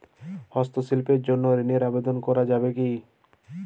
হস্তশিল্পের জন্য ঋনের আবেদন করা যাবে কি?